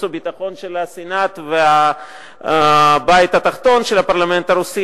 והביטחון של הסנאט והבית התחתון של הפרלמנט הרוסי,